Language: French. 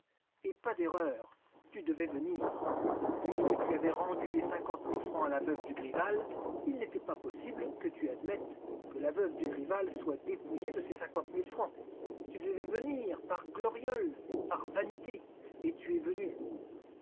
et pas d'erreur tu devais venir puisque tu avais rendu les cinquante mille francs à la veuve dugrival il n'était pas possible que tu admettes que la veuve dugrival soit dépouillée de ses cinquante mille francs tu devais venir attiré par l'odeur du mystère tu devais venir par gloriole par vanité et tu es venu